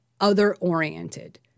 other-oriented